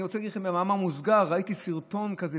אני רוצה להגיד לכם במאמר מוסגר: ראיתי סרטון כזה,